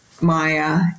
Maya